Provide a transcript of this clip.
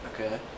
Okay